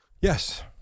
Yes